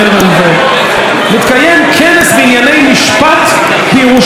מתקיים כנס בענייני משפט בירושלים,